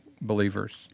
believers